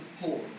poor